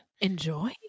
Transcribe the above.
Enjoy